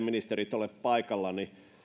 ministerit ole paikalla